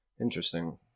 Interesting